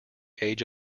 age